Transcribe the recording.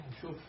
Sure